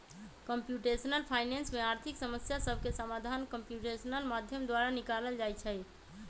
computational finance में आर्थिक समस्या सभके समाधान कंप्यूटेशनल माध्यम द्वारा निकालल जाइ छइ